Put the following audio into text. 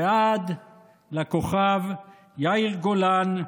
ועד לכוכב יאיר גולן,